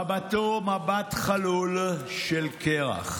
מבטו מבט חלול של קרח.